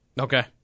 Okay